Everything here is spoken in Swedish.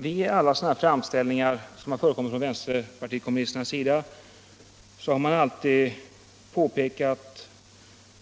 Vid alla sådana här framställningar som förekommit från vänsterpartiet kommunisternas sida har det alltid påpekats